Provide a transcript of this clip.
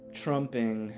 trumping